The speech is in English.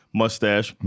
mustache